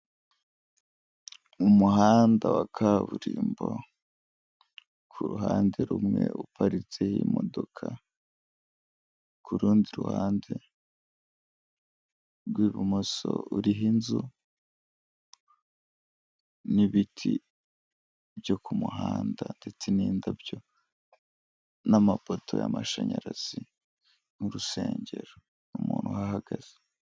Umuhanda wa kaburimbo ku ruhande rumwe uparitseho imodoka ku rundi ruhande rw'ibumoso, uriho inzu n'ibiti byo kumuhanda ndetse n'indabyo n'amapoto y'amashanyarazi n'urusengero n'umuntu uhahagaze.